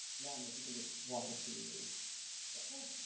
and adam, if you can just walk us through your set. sure.